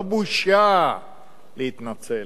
לא בושה להתנצל.